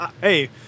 hey